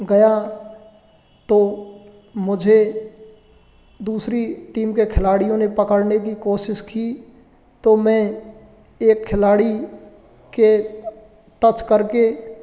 गया तो मुझे दूसरी टीम के खिलाड़ियों ने पकड़ने की कोशिश की तो मैं एक खिलाड़ी के टच कर के